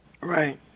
Right